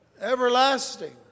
Everlasting